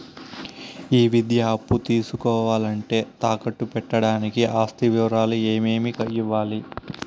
ఈ విద్యా అప్పు తీసుకోవాలంటే తాకట్టు గా పెట్టడానికి ఆస్తి వివరాలు ఏమేమి ఇవ్వాలి?